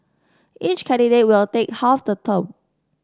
each candidate will take half the term